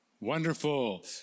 Wonderful